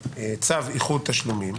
צו איחוד תשלומים